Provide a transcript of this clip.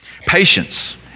Patience